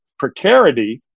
precarity